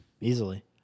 easily